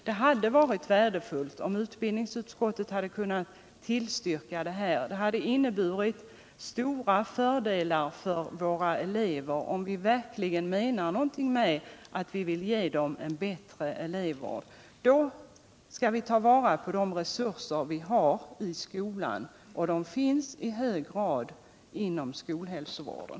Det hade varit värdefullt om utbildningsutskottet hade kunnat tillstyrka vårt förslag. Det hade inneburit stora fördelar för våra elever. Om vi verkligen menar någonting med att vi vill ge dem en bättre elevvärd, då skall vi ta vara på de resurser vi har i skolan - och de finns i hög grad inom skolhälsovården.